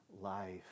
life